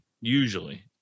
usually